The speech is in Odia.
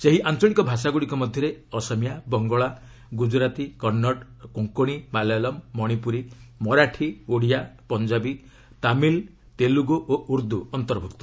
ସେହି ଆଞ୍ଚଳିକ ଭାଷାଗୁଡ଼ିକ ମଧ୍ୟରେ ଅସମୀୟା ବଙ୍ଗଳା ଗୁଜରାତି କନ୍ନଡ଼ କୋଙ୍କଣୀ ମାଲାୟଲମ୍ ମଣିପୁରୀ ମରାଠୀ ଓଡ଼ିଆ ପଞ୍ଜାବୀ ତାମିଲ୍ ତେଲ୍ରଗୁ ଓ ଉର୍ଦ୍ଦ ଅନ୍ତର୍ଭୁକ୍ତ